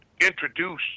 introduce